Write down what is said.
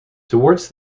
towards